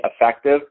effective